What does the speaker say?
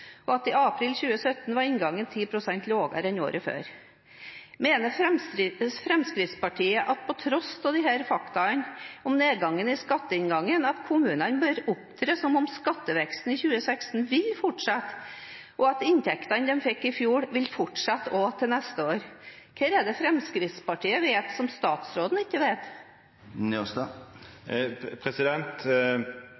at inngangen i april 2017 var 10 pst. lavere enn året før. Mener Fremskrittspartiet på tross av disse faktaene om nedgangen i skatteinngangen at kommunene bør opptre som om skatteveksten i 2016 vil fortsette, og at inntektene de fikk i fjor, vil fortsette også til neste år? Hva er det Fremskrittspartiet vet som statsråden ikke